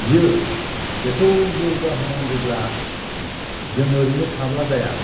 बियो बेखौ जौगा होनांगौब्ला जोङो ओरैनो थाब्ला जाया